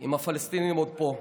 עם הפלסטינים עוד פה.